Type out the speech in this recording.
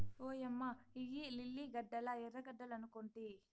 ఓయమ్మ ఇయ్యి లిల్లీ గడ్డలా ఎర్రగడ్డలనుకొంటి